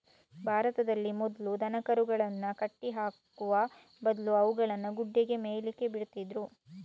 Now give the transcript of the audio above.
ಭಾರತದಲ್ಲಿ ಮೊದ್ಲು ದನಕರುಗಳನ್ನ ಕಟ್ಟಿ ಸಾಕುವ ಬದ್ಲು ಅವುಗಳನ್ನ ಗುಡ್ಡೆಗೆ ಮೇಯ್ಲಿಕ್ಕೆ ಬಿಡ್ತಿದ್ರು